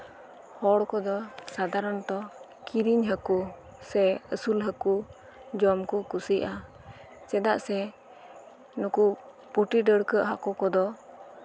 ᱦᱚᱲ ᱠᱚᱫᱚ ᱥᱟᱫᱷᱟᱨᱚᱱᱛᱚ ᱠᱤᱨᱤᱧ ᱦᱟᱠᱩ ᱥᱮ ᱟᱹᱥᱩᱞ ᱦᱟᱹᱠᱩ ᱡᱚᱢ ᱠᱚ ᱠᱩᱥᱤᱭᱟᱜᱼᱟ ᱪᱮᱫᱟᱜ ᱥᱮ ᱱᱩᱠᱩ ᱯᱩᱴᱤ ᱰᱟᱹᱬᱠᱟᱹ ᱦᱟᱠᱩ ᱠᱚᱫᱚ